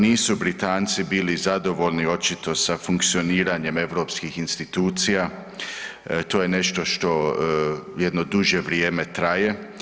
Nisu Britanci bili zadovoljni očito sa funkcioniranjem europskih institucija, to je nešto što jedno duže vrijeme traje.